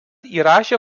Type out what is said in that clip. įrašė